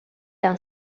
d’un